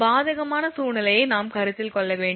பாதகமான சூழ்நிலையை நாம் கருத்தில் கொள்ள வேண்டும்